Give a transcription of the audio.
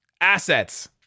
Assets